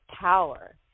power